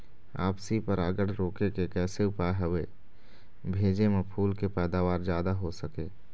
आपसी परागण रोके के कैसे उपाय हवे भेजे मा फूल के पैदावार जादा हों सके?